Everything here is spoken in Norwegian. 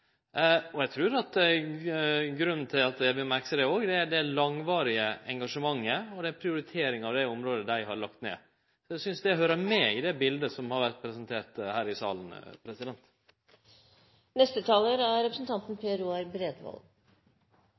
og eg trur at grunnen til at dei vil merke seg det, er det langvarige engasjementet partiet har lagt ned, og prioriteringa av det området. Eg synest dette høyrer med i det biletet som har vore presentert her i salen.